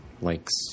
likes